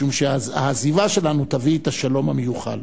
משום שהעזיבה שלנו תביא את השלום המיוחל.